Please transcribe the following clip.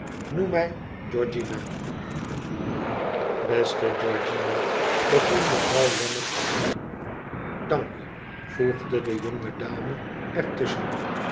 noem mij georgiana beste georgiana begon mevrouw lammie opnieuw dank u voegde de jonge dame er tusschen